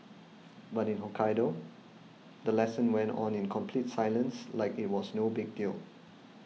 but in Hokkaido the lesson went on in complete silence like it was no big deal